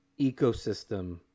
ecosystem